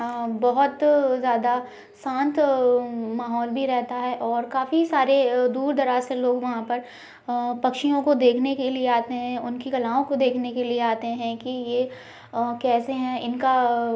बहुत ज़्यादा शांत माहौल भी रहता है और काफ़ी सारे दूर दराज से लोग वहाँ पर पक्षियों को देखने के लिए आते हैं उनकी कलाओं को देखने के लिए आते हैं कि ये कैसे हैं इनका